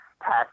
pass